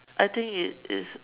I think it is